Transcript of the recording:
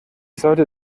sollte